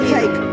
take